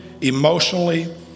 emotionally